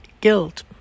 guilt